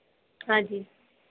हाँ जी